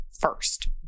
first